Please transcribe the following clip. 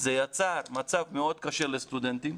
זה יצר מצב מאוד קשה לסטודנטים.